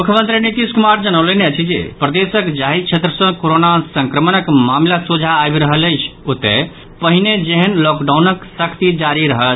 मुख्यमंत्री नीतीश कुमार जनौलनि अछि जे प्रदेशक जाहि क्षेत्र सँ कोरोना संक्रमणक मामिला सोझा आबि रहल अछि ओतय पहिने जेहन लॉकडाउनक सख्ति जारी रहत